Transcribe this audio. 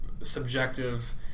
subjective